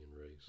race